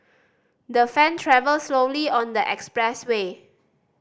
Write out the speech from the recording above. the fan travelled slowly on the expressway